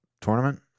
tournament